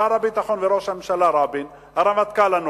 שר הביטחון וראש הממשלה רבין, הרמטכ"ל אנוכי,